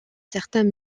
certains